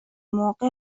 موقع